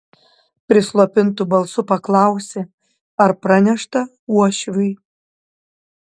prislopintu balsu paklausė ar pranešta uošviui